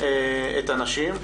את הנשים.